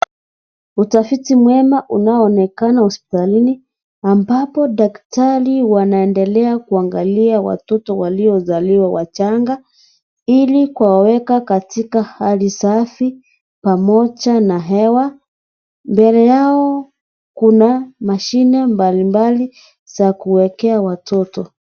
Utafiti mwema unao onekana hospitalini, ambapo daktari wanaendelea kwangalia watoto waliozaliwa wachanga, ili kuwaweka katika hali safi, pamoja na hewa, mbele ya kuna mashine mbali mbali, za kuwekea watoto.